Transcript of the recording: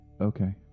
Okay